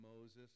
Moses